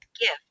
gift